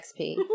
XP